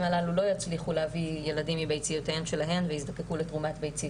הללו לא יצליחו להביא ילדים מביציותיהן שלהן ויזדקקו לתרומת ביצית,